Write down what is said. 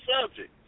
subject